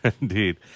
Indeed